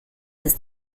ist